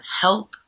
help